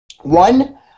One